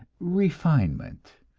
refinement,